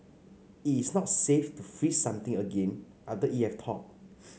it's not safe to freeze something again after it has thawed